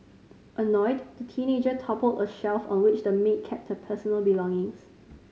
annoyed the teenager toppled a shelf on which the maid kept her personal belongings